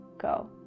go